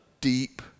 deep